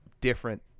different